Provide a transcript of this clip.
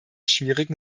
schwierigen